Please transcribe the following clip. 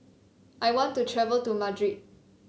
I want to travel to Madrid